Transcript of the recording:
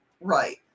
right